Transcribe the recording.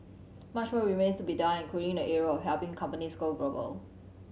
much more remains to be done including in the area of helping companies go global